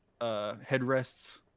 headrests